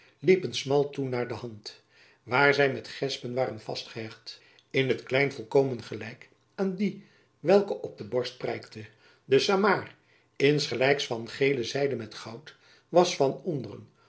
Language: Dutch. liepen smal toe naar de hand waar zy met gespen waren vastgehecht in t klein volkomen gelijk aan die welke op de borst prijkte de samaar insgelijks van geele zijde met goud was van onderen